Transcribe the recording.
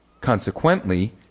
consequently